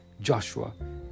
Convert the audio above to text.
Joshua